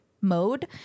mode